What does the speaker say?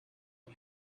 you